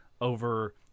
over